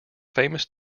famous